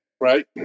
right